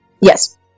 Yes